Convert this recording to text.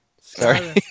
Sorry